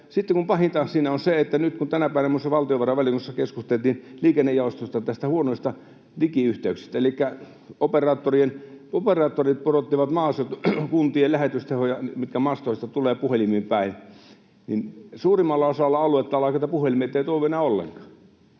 Sitten pahintahan siinä on se, mistä nyt tänä päivänä muun muassa valtiovarainvaliokunnassa keskusteltiin liikennejaostossa, huonot digiyhteydet, elikkä operaattorit pudottavat maaseutukuntien lähetystehoja, mitkä mastoista tulevat puhelimiin päin, niin että suurimmalla osalla aluetta voi olla, että puhelimet eivät toimi enää ollenkaan.